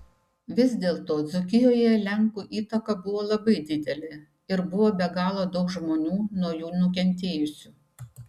vis dėlto dzūkijoje lenkų įtaka buvo labai didelė ir buvo be galo daug žmonių nuo jų nukentėjusių